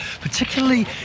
particularly